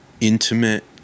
intimate